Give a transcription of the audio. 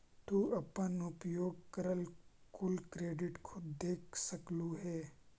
तू अपन उपयोग करल कुल क्रेडिट खुद देख सकलू हे